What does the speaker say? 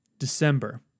December